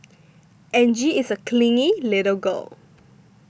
Angie is a clingy little girl